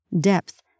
depth